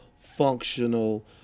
functional